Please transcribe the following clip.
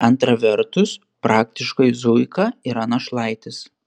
antra vertus praktiškai zuika yra našlaitis